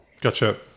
Gotcha